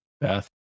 Beth